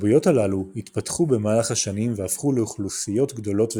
התרבויות הללו התפתחו במהלך השנים והפכו לאוכלוסיות גדולות וצפופות.